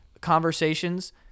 conversations